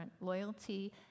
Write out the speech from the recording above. loyalty